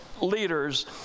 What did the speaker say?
leaders